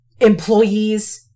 employees